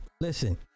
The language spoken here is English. Listen